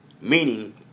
Meaning